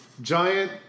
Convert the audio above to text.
giant